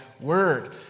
word